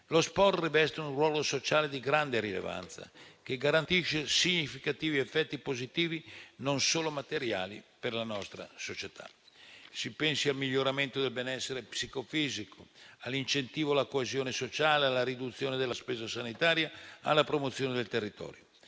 Lo sport riveste un ruolo sociale di grande rilevanza, che garantisce significativi effetti positivi, non solo materiali, per la nostra società. Si pensi al miglioramento del benessere psicofisico, all'incentivo alla coesione sociale, alla riduzione della spesa sanitaria e alla promozione del territorio.